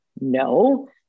no